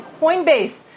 Coinbase